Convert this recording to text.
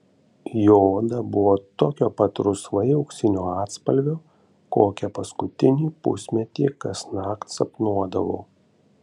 jo oda buvo tokio pat rusvai auksinio atspalvio kokią paskutinį pusmetį kasnakt sapnuodavau